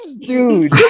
dude